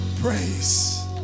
Praise